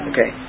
Okay